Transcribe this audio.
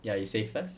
ya you say first